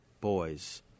boys